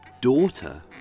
daughter